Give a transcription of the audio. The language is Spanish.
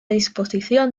disposición